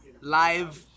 live